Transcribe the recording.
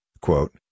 quote